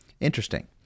Interesting